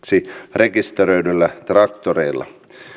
rekisteröidyillä traktoreilla